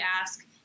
ask